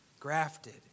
grafted